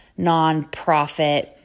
nonprofit